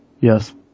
Yes